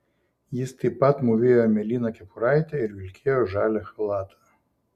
jis taip pat mūvėjo mėlyną kepuraitę ir vilkėjo žalią chalatą